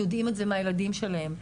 יודעים את זה מהילדים שלהם.